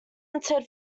hunted